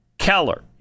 Keller